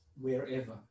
wherever